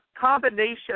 combination